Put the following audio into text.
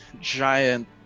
giant